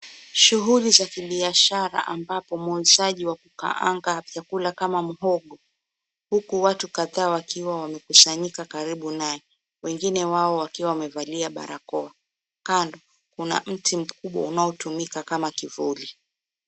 Shughuli za kibiashara ambapo muuzaji wa kukaanga vyakula kama muhogo huku watu kadhaa wakiwa wamekusanyika karibu naye wengine wao wakiwa wamevalia barakoa, kando kuna mti mkubwa unaotumika kama kivuli.